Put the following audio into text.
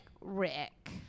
Rick